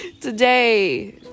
Today